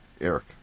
Eric